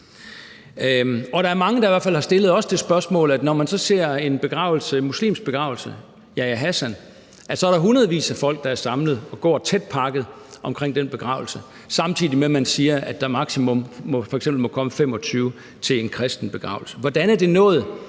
Og der er mange, der i hvert fald har stillet os det spørgsmål, for når man så ser en muslimsk begravelse, Yahya Hassan, er der hundredvis af folk, der er samlet, og går tætpakket ved den begravelse, samtidig med at man siger, at der maksimalt må komme f.eks. 25 til en kristen begravelse. Hvordan er det nået